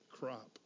crop